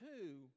two